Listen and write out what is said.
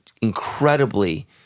incredibly